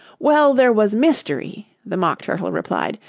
well, there was mystery the mock turtle replied,